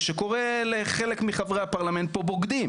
שקורא לחלק מחברי הפרלמנט פה בוגדים